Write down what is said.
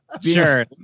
Sure